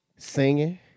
singing